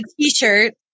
T-shirt